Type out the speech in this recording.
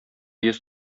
йөз